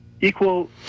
equal